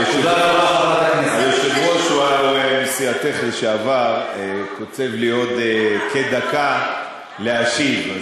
היושב-ראש מסיעתך לשעבר קוצב לי עוד כדקה להשיב,